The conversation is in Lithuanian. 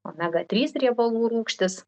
omega trys riebalų rūgštys